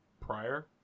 Prior